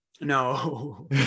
No